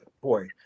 boy